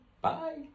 Bye